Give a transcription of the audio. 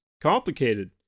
complicated